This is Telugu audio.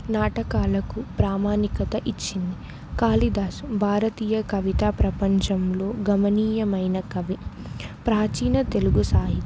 నాటకాలకు ప్రామానికత ఇచ్చింది కాళిదాసు భారతీయ కవితా ప్రపంచంలో గమనీయమైన కవి ప్రాచీన తెలుగు సాహిత్యం